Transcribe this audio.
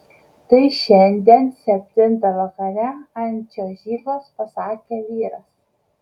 tai šiandien septintą vakare ant čiuožyklos pasakė vyras